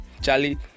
Charlie